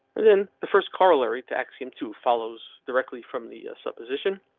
then the first corollary to axiom two follows directly from the supposition.